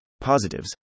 positives